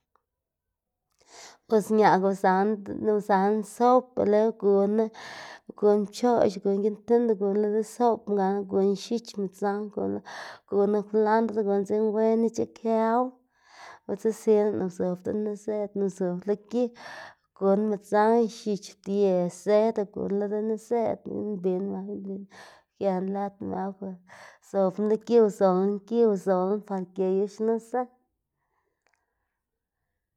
Pues ñaꞌg uzaná sop leu uganá uguná pchoꞌx, uguná giꞌn tind uguná lo desopná gana uguná x̱ich, midzang uganá kwlandr uguná dzekna wen ic̲h̲ikëwu. Udzilna lëꞌná uzob deniszedná uzob lo gi uguna midzang, x̱iꞌch, ptie, zed uguná lo deniszedná uyuꞌnn mbiná më uyuꞌnn mbiná, ugëná lëd më uzobná lo gi uzolná gi uzolná par geyu xnuse.